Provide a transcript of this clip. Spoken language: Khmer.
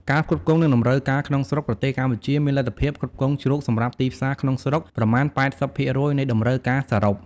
ការផ្គត់ផ្គង់ និងតម្រូវការក្នុងស្រុក ប្រទេសកម្ពុជាមានលទ្ធភាពផ្គត់ផ្គង់ជ្រូកសម្រាប់ទីផ្សារក្នុងស្រុកប្រមាណ ៨០% នៃតម្រូវការសរុប។